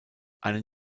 einen